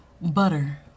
butter